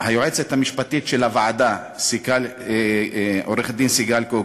היועצת המשפטית של הוועדה, עו"ד סיגל קוגוט,